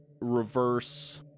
reverse